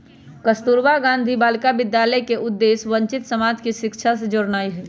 कस्तूरबा गांधी बालिका विद्यालय के उद्देश्य वंचित समाज के शिक्षा से जोड़नाइ हइ